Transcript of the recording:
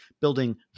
building